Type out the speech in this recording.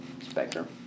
spectrum